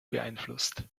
beeinflusst